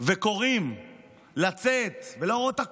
וקוראים לצאת ולהראות את הכוח,